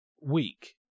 weak